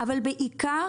אבל בעיקר